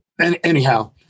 Anyhow